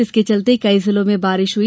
जिसके चलते कई जिलों में बारिश हुई